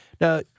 Now